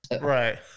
Right